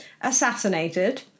assassinated